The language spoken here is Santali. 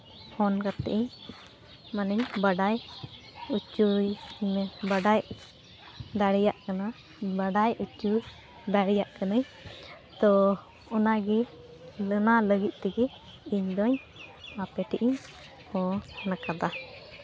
ᱯᱷᱳᱱ ᱠᱟᱛᱮᱫ ᱤᱧ ᱢᱟᱱᱮ ᱵᱟᱰᱟᱭ ᱚᱪᱚᱧ ᱢᱮ ᱵᱟᱰᱟᱭ ᱫᱟᱲᱮᱭᱟᱜ ᱠᱟᱱᱟ ᱵᱟᱰᱟᱭ ᱦᱚᱪᱚ ᱫᱟᱲᱮᱭᱟᱜ ᱠᱟᱹᱱᱟᱹᱧ ᱛᱚ ᱚᱱᱟᱜᱮ ᱚᱱᱟ ᱞᱟᱹᱜᱤᱫ ᱛᱮᱜᱮ ᱤᱧᱫᱚ ᱟᱯᱮ ᱴᱷᱮᱡ ᱤᱧ ᱯᱷᱳᱱ ᱠᱟᱫᱟ